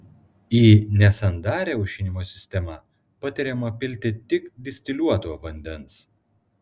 į nesandarią aušinimo sistemą patariama pilti tik distiliuoto vandens